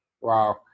Wow